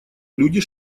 люди